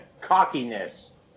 cockiness